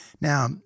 Now